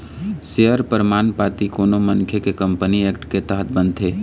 share परमान पाती कोनो मनखे के कंपनी एक्ट के तहत बनथे